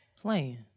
Playing